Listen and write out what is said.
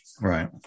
Right